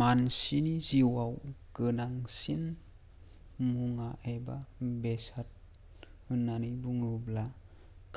मानसिनि जिउआव गोनांसिन मुवा एबा बेसाद होननानै बुङोब्ला